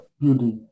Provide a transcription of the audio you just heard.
beauty